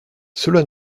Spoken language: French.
cela